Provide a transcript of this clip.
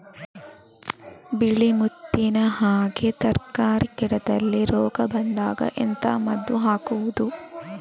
ಬಿಳಿ ಮುತ್ತಿನ ಹಾಗೆ ತರ್ಕಾರಿ ಗಿಡದಲ್ಲಿ ರೋಗ ಬಂದಾಗ ಎಂತ ಮದ್ದು ಹಾಕುವುದು?